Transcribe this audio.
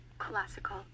classical